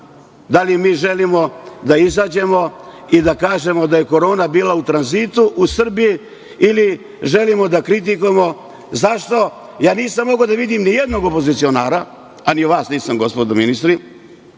da li mi želimo da izađemo i da kažemo da je Korona bila u tranzitu u Srbiji ili želimo da kritikujemo? Zašto? Ja nisam mogao da vidim nijednog opozicionara, a ni vas nisam gospodo ministri,